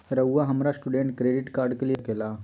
रहुआ हमरा student credit card के लिए लोन दे सके ला?